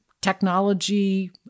technology